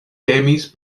temis